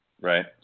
Right